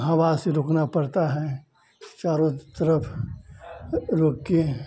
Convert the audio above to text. हवा से रोकना पड़ता है चारों तरफ रोके